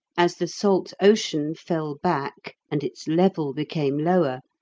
as the salt ocean fell back and its level became lower,